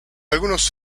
algunos